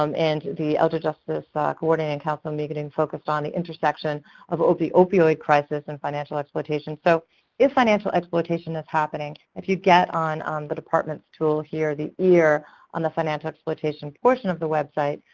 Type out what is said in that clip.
and the elder justice ah coordinating council meeting focused on the intersection of of the opioid crisis and financial exploitation. so if financial exploitation is happening, if you get on on the department's tool here, the earr on the financial exploitation portion of the website,